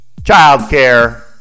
Childcare